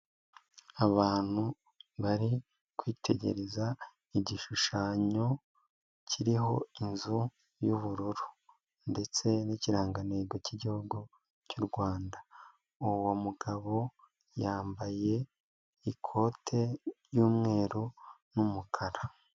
Abantu bari kwitegereza igishushanyo kiriho inzu y'ubururu ndetse n'ikirangantego k'Igihugu cy'u Rwanda. Uwo mugabo yambaye ikote ry'umweru n'umukara.